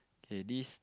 K this